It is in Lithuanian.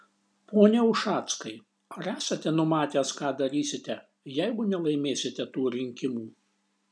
pone ušackai ar esate numatęs ką darysite jeigu nelaimėsite tų rinkimų